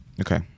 Okay